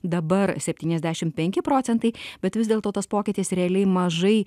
dabar septyniasdešimt penki procentai bet vis dėlto tas pokytis realiai mažai